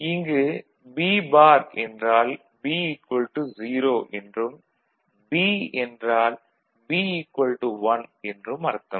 இங்கு B bar என்றால் B 0 என்றும் B என்றால் B 1 என்றும் அர்த்தம்